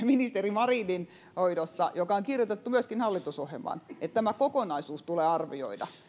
ministeri marinin hoidossa on kirjoitettu myöskin hallitusohjelmaan että tämä kokonaisuus tulee arvioida